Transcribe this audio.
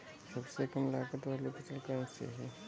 सबसे कम लागत वाली फसल कौन सी है?